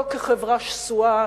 לא כחברה שסועה,